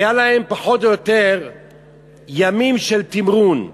היו להם פחות או יותר ימים של תמרון.